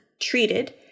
treated